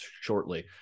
shortly